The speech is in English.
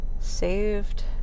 saved